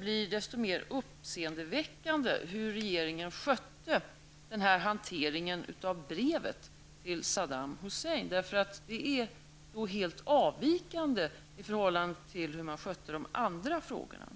blir det desto mer uppseendeväckande hur regeringen skötte hanteringen av brevet till Saddam Hussein. Det är helt avvikande från det sätt som man skötte de andra frågorna.